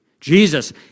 Jesus